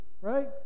right